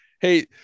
hey